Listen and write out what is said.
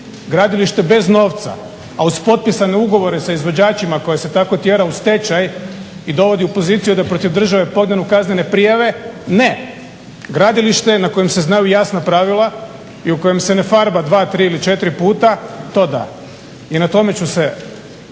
Gradilište bez novca a uz potpisane ugovore sa izvođačima koje se tako tjera u stečaj i dovodi u poziciju da protiv države podignu kaznene prijave ne. Gradilište na kojem se znaju jasna pravila i u kojem se ne farba dva, tri ili četiri puta, to da. I na tome ću se,